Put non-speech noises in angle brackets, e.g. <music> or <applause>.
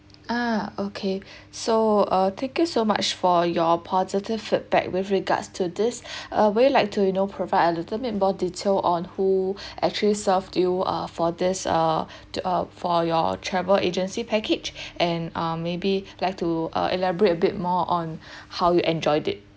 ah okay <breath> so uh thank you so much for your positive feedback with regards to this <breath> uh will you like to you know provide a little bit more detail on who <breath> actually served you ah for this err to uh for your travel agency package and uh maybe like to uh elaborate a bit more on <breath> how you enjoyed it